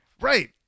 Right